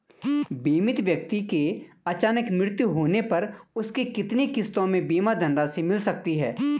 बीमित व्यक्ति के अचानक मृत्यु होने पर उसकी कितनी किश्तों में बीमा धनराशि मिल सकती है?